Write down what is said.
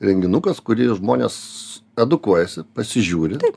renginukas kurį žmonės edukuojasi pasižiūri